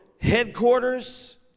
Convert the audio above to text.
headquarters